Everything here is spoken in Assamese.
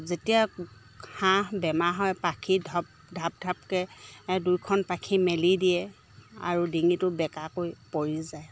যেতিয়া হাঁহ বেমাৰ হয় পাখি ধপ ধাপ ধাপকৈ দুইখন পাখি মেলি দিয়ে আৰু ডিঙিটো বেঁকাকৈ পৰি যায়